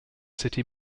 city